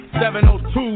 702